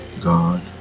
God